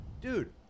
Dude